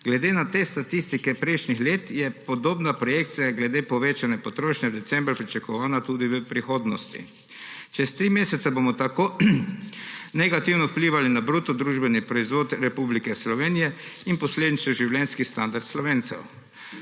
Glede na te statistike prejšnjih let je podobna projekcija glede povečane potrošnje decembra pričakovana tudi v prihodnosti. Čez tri mesece bomo tako negativno vplivali na bruto družbeni proizvod Republike Slovenije in posledično življenjski standard Slovencev.